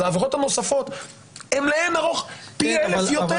העבירות הנוספות הן לאין ערוך פי אלף יותר.